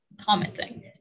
commenting